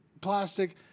plastic